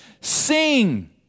Sing